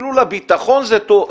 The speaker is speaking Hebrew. אפילו לביטחון זה טוב,